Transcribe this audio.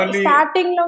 starting